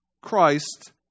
christ